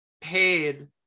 paid